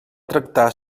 tractar